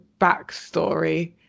backstory